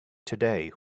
today